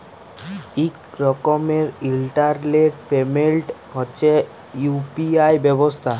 ইক রকমের ইলটারলেট পেমেল্ট হছে ইউ.পি.আই ব্যবস্থা